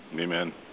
Amen